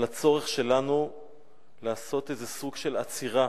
על הצורך שלנו לעשות איזה סוג של עצירה.